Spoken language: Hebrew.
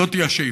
זאת היא השאיפה.